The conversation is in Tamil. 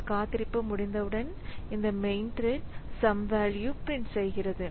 இந்த காத்திருப்பு முடிந்தவுடன் இந்த main thread sum value print செய்கிறது